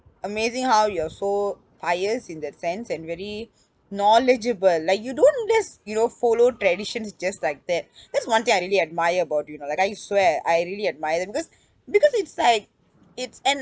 amazing how you're so pious in that sense and very knowledgeable like you don't just you know follow traditions just like that that's one thing I really admire about you know like I swear I really admire that because because it's like it's and